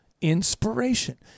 inspiration